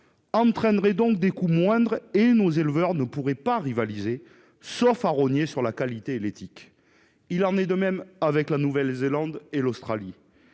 entraînerait donc des coûts moindres ; nos éleveurs ne pourraient pas rivaliser, sauf à rogner sur la qualité et l'éthique. Il en est de même avec la Nouvelle-Zélande et l'Australie.